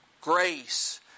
grace